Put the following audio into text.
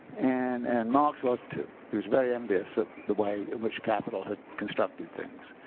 and and marx was too. he was very envious of the way in which capital had constructed things.